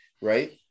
right